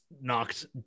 knocked